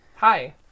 Hi